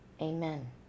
Amen